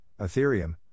Ethereum